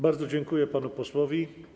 Bardzo dziękuję panu posłowi.